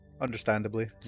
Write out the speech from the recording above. Understandably